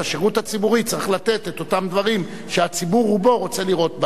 השירות הציבורי צריך לתת את אותם דברים שהציבור רובו רוצה לראות.